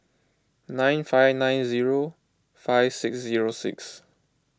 nine five nine zero five six zero six